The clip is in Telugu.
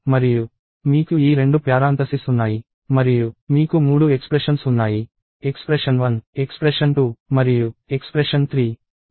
మరియు మీకు ఈ రెండు కుండలీకరణాలు ఉన్నాయి మరియు మీకు మూడు ఎక్స్ప్రెషన్స్ ఉన్నాయి ఎక్స్ప్రెషన్ 1 ఎక్స్ప్రెషన్ 2 మరియు ఎక్స్ప్రెషన్ 3